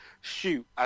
shoot